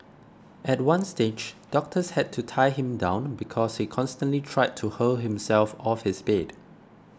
at one stage doctors had to tie him down because he constantly tried to hurl himself off his bed